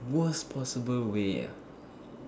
worst possible way ah